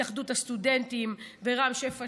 התאחדות הסטודנטים ורם שפע,